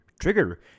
trigger